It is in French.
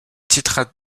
titre